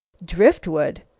driftwood?